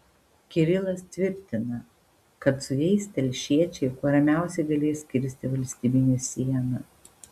kirilas tvirtina kad su jais telšiečiai kuo ramiausiai galės kirsti valstybinę sieną